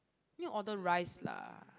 you need to order rice lah